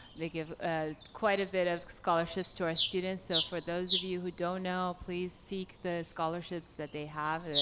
they give ah quite a bit of scholarships to our students, so for those of you who don't know, please seek the scholarships that they have.